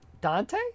Dante